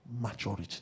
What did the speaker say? maturity